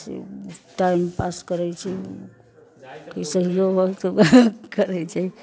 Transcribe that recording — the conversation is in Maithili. से टाइम पास करैत छै कि सहिओ बात करैत छै